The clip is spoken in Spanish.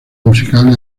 musical